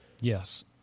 Yes